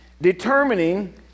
determining